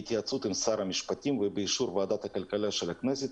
בהתייעצות עם שר המשפטים ובאישור ועדת הכלכלה של הכנסת,